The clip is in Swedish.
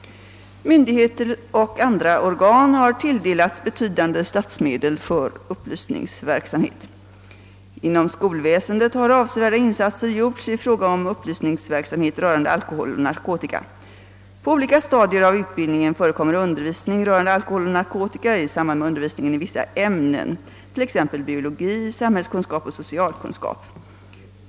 Myndigheter och andra organ har tilldelats betydande statsmedel för upplysningsverksamhet. Inom skolväsendet har avsevärda insatser gjorts i fråga om upplysningsverksamhet rörande alkohol och narkotika. På olika stadier av utbildningen förekommer undervisning rörande alkohol och narkotika i samband med undervisning i vissa ämnen, exempelvis biologi, samhällskunskap och socialkunskap.